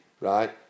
right